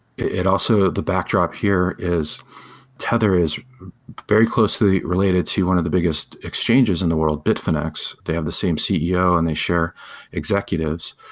also, the backdrop here is tether is very closely related to one of the biggest exchanges in the world, bitfinex, they have the same ceo and they sure executives.